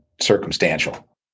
circumstantial